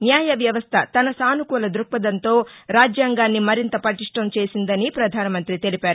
న్యాయవ్యవస్ణ తన సానుకూల ద్భక్పథంతో రాజ్యాంగాన్ని మరింత పటిష్ణం చేసిందని ప్రధానమంతి తెలిపారు